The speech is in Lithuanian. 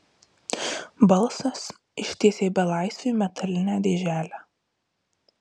balsas ištiesė belaisviui metalinę dėželę